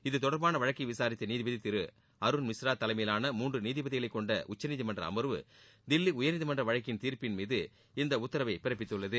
இதுதொடர்பான வழக்கை விசாரித்த நீதிபதி அருண் மிஸ்ரா தலைமையிலான மூன்று நீதிபதிகளை கொண்ட உச்சநீதிமன்ற அமர்வு தில்லி உயர்நீதிமன்றம் வழங்கிய தீர்ப்பின்மீது இந்த உத்தரவை பிறப்பித்துள்ளது